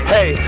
Hey